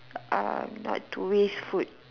um not to waste food